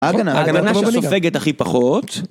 ההגנה שם סופגת הכי פחות